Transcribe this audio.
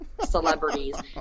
celebrities